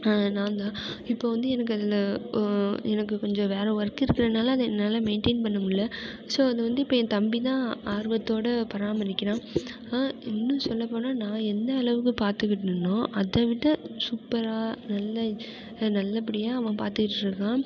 நான் தான் இப்போது வந்து எனக்கு அதில் எனக்கு கொஞ்சம் வேறு ஒர்க் இருக்கிறனால அதை என்னால் மெயின்டெயின் பண்ண முடியல ஸோ அது வந்து இப்போ என் தம்பி தான் ஆர்வத்தோடு பராமரிக்கிறான் ஆனால் இன்னும் சொல்ல போனால் நான் எந்த அளவுக்கு பார்த்துக்கிட்டேன்னோ அதை விட சூப்பராக நல்ல நல்ல படியாக அவன் பார்த்துட்டு இருக்கான்